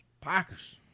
Packers